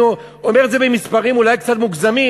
אני אומר את זה במספרים אולי קצת מוגזמים,